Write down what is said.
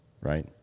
right